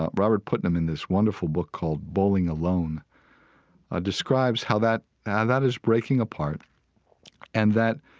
ah robert putnam in this wonderful book called bowling alone ah describes how that ah that is breaking apart and that,